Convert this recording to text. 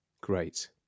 Great